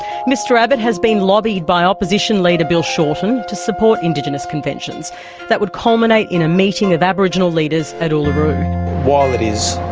mr abbott has been lobbied by opposition leader bill shorten to support indigenous conventions that would culminate in a meeting of aboriginal leaders at uluru.